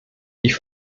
die